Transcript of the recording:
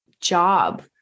job